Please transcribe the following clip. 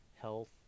health